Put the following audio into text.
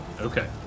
Okay